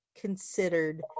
considered